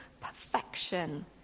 perfection